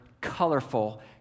colorful